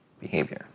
behavior